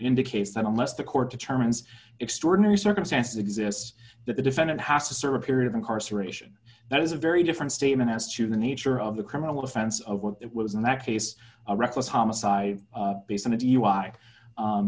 indicates that unless the court determines extraordinary circumstances exist that the defendant has to serve a period of incarceration that is a very different statement as to the nature of the criminal offense of what it was in that case a reckless homicide based on